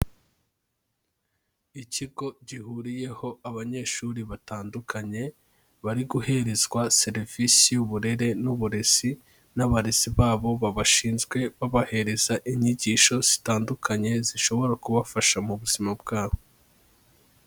Ikigo gihuriyeho abanyeshuri batandukanye bari guherezwa serivisi y'uburere n'uburezi n'abarezi babo babashinzwe babahereza inyigisho zitandukanye zishobora kubafasha mu buzima bwabo.